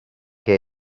hear